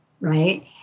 right